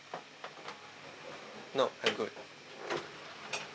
nope I'm good